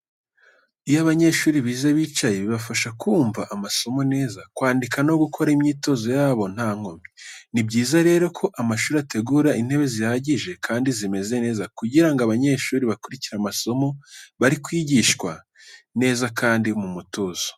Iyo abanyeshuri bize bicaye, bibafasha kumva amasomo neza, kwandika no gukora imyitozo yabo nta nkomyi. Ni byiza rero ko amashuri ategura intebe zihagije, kandi zimeze neza kugira ngo abanyeshuri bakurikire amasomo bari kwigishwa neza kandi mu mutuzo.